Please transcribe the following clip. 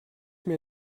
mir